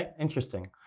interesting.